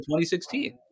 2016